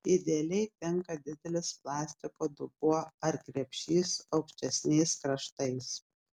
idealiai tinka didelis plastiko dubuo ar krepšys aukštesniais kraštais